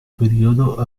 periodo